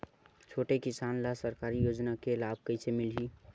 छोटे किसान ला सरकारी योजना के लाभ कइसे मिलही?